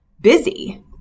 busy